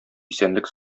исәнлек